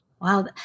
Wow